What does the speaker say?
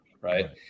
right